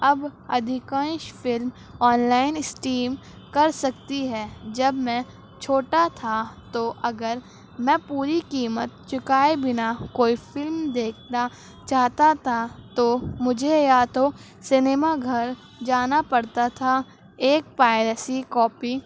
اب ادھیکانش film online stream کر سکتی ہے جب میں چھوٹا تھا تو اگر میں پوری قیمت چکائے بنا کوئی فلم دیکھنا چاہتا تھا تو مجھے یا تو سنیما گھر جانا پڑتا تھا ایک پائریسی کاپی